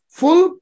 full